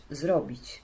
zrobić